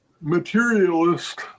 materialist